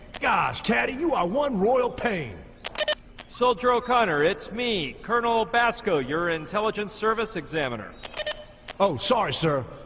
gosh caddy. you are one royal pain soldier o connor, it's me colonel basco your intelligence service examiner oh sorry, sir.